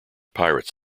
pirates